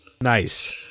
Nice